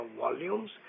volumes